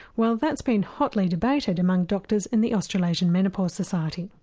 well that's been hotly debated among doctors in the australasia menopause society.